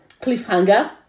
cliffhanger